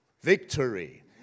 victory